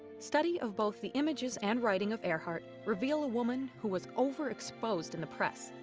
study of both the images and writing of earhart reveal a woman who was over exposed in the press,